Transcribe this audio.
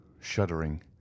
shuddering